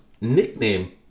nickname